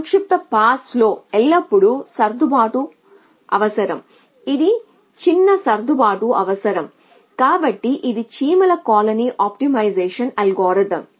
సంక్షిప్త పాస్లో ఎల్లప్పుడూ సర్దుబాటు అవసరం ఇది చిన్న సర్దుబాటు అవసరం కాబట్టి ఇది చీమల కాలనీ ఆప్టిమైజేషన్ అల్గోరిథం